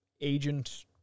agent